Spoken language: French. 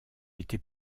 était